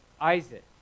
Isaac